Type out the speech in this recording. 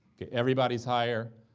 okay, everybody's higher,